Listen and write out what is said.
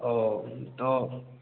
ও তো